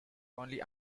only